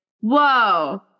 whoa